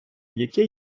яке